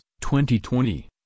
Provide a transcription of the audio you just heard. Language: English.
2020